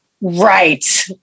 Right